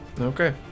Okay